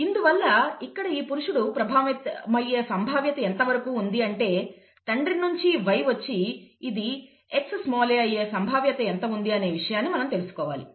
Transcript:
ఇందువల్ల ఇక్కడ ఈ పురుషుడు ప్రభావితమయ్యే సంభావ్యత ఎంతవరకు ఉంది అంటే తండ్రి నుండి Y వచ్చి ఇది Xa అయ్యే సంభావ్యత ఎంత ఉంది అనే విషయం మనం తెలుసుకోవాలి